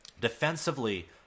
defensively